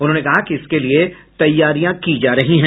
उन्होंने कहा कि इसके लिये तैयारियां की जा रही हैं